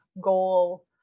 goal